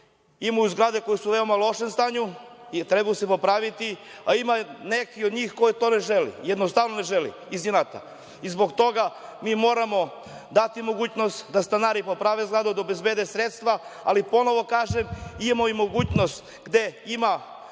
imamo zgrade koje su u veoma lošem stanju i trebaju se popraviti, ali neki od njih ne žele. Jednostavno, ne žele iz inata. Zbog toga moramo dati mogućnost da stanari poprave zgradu, da obezbede sredstava, ali ponovo kažem, imamo mogućnost gde je